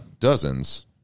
dozens